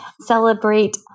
celebrate